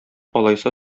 алайса